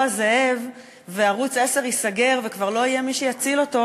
הזאב וערוץ 10 ייסגר וכבר לא יהיה מי שיציל אותו,